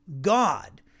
God